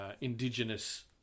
indigenous